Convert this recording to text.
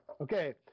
okay